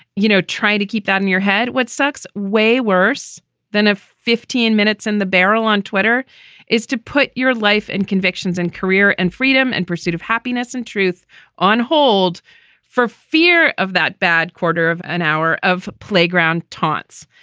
you know, try to keep that in your head. what sucks? way worse than a fifteen minutes in the barrel on twitter is to put your life and convictions and career and freedom and pursuit of happiness and truth on hold for fear of that bad quarter of an hour of playground taunts.